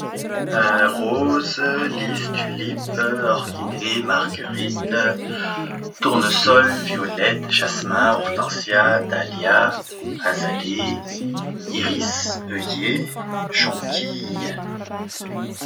Raozy, tiolipa, orkide, margerity, tournesol, violeta, jasmin, ortensia, dalia, azale, iris, œillet, jonquille.